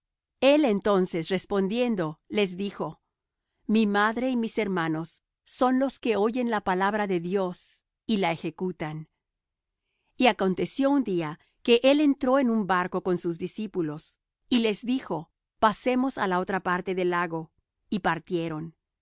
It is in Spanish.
el entonces respondiendo les dijo mi madre y mis hermanos son los que oyen la palabra de dios y la ejecutan y aconteció un día que él entró en un barco con sus discípulos y les dijo pasemos á la otra parte del lago y partieron